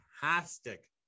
fantastic